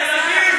אדוני השר,